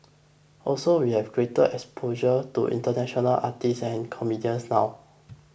also we have greater exposure to international artists and comedians now